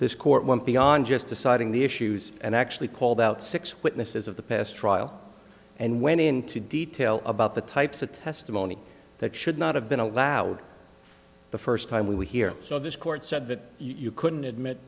this court went beyond just deciding the issues and actually called out six witnesses of the past trial and went into detail about the types of testimony that should not have been allowed the first time we were here so this court said that you couldn't admit